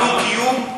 בדו-קיום,